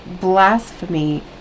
blasphemy